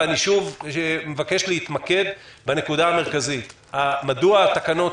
ואני שוב מבקש להתמקד בנקודה המרכזית: מדוע התקנות